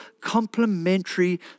complementary